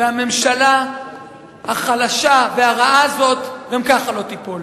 והממשלה החלשה והרעה הזאת גם ככה לא תיפול.